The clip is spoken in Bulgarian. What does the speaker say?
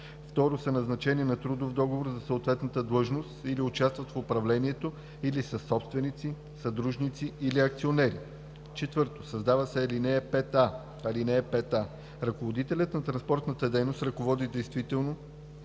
2. са назначени на трудов договор за съответната длъжност или участват в управлението, или са собственици, съдружници или акционери.“ 4. Създава се ал. 5а: „(5а) Ръководителят на транспортната дейност ръководи действително